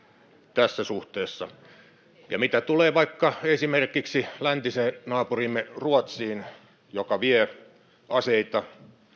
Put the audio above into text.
tässä suhteessa mitä tulee vaikka esimerkiksi läntiseen naapuriimme ruotsiin joka vie aseita